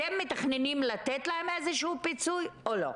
אתם מתכננים או לא.